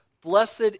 blessed